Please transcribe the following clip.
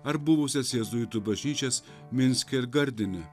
ar buvusias jėzuitų bažnyčias minske ir gardine